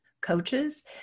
coaches